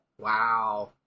Wow